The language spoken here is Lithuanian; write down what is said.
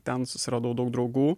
ten susiradau daug draugų